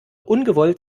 ungewollt